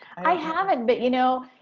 i haven't, but you know,